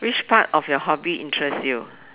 which part of your hobby interests you